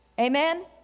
Amen